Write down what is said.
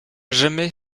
jamais